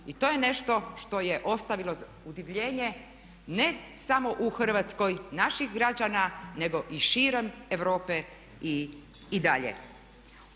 I to je nešto što je ostavilo udivljenje ne samo u Hrvatskoj naših građana, nego i širom Europe i dalje.